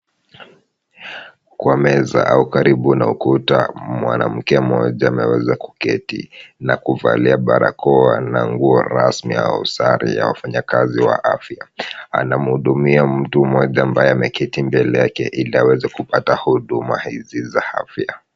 Kwa meza au karibu na ukuta mwanamke mmoja ameweza kuketi na kuvalia barakoa na nguo rasmi au sare ya wafanyakazi wa afya. Anamhudumia mtu mmoja ambaye ameketi mbele yake ili aweze kupata huduma hizi za afya.